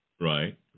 Right